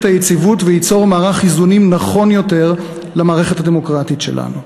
היציבות וייצור מערך איזונים נכון יותר למערכת הדמוקרטית שלנו.